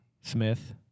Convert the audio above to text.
Smith